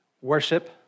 Worship